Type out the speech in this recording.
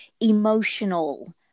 emotional